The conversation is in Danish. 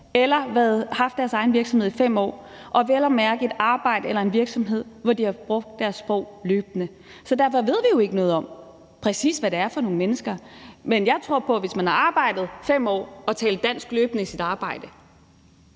eller haft deres egen virksomhed i 5 år, og vel at mærke et arbejde eller en virksomhed, hvor de løbende har brugt deres sprog. Så derfor ved vi jo ikke noget om, hvad det præcis er for nogle mennesker, men jeg tror på, at hvis man har arbejdet i 5 år og løbende talt dansk i sit arbejde